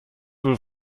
wohl